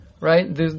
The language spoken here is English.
right